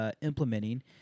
implementing